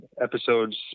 episodes